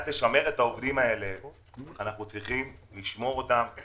אנחנו צריכים לשמר את העובדים עם החל"ת וגם